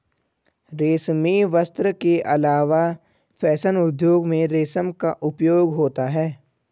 रेशमी वस्त्र के अलावा फैशन उद्योग में रेशम का उपयोग होता है